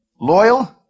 Loyal